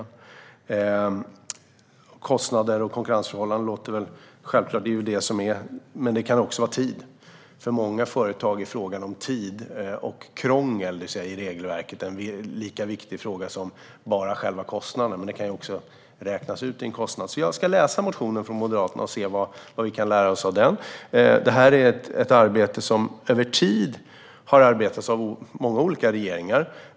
När det gäller kostnader och konkurrensförhållanden kan det också handla om tid. För många företag är tid och krångel i regelverket en lika viktig fråga som själva kostnaden. Jag ska läsa motionen från Moderaterna och se vad vi kan lära oss av den. Det här är en fråga som många olika regeringar över tid har arbetat med.